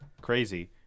crazy